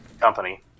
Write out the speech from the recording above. Company